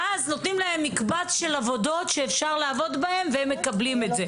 ואז נותנים להם מקבץ של עבודות שאפשר לעבוד בהם והם מקבלים את זה.